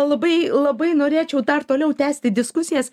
labai labai norėčiau dar toliau tęsti diskusijas